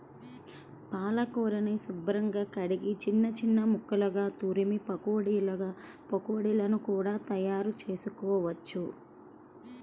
పాలకూరని శుభ్రంగా కడిగి చిన్న చిన్న ముక్కలుగా తురిమి పకోడీలను కూడా తయారుచేసుకోవచ్చు